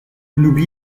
l’oubli